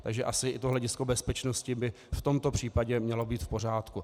Takže asi i to hledisko bezpečnosti by v tomto případě mělo být v pořádku.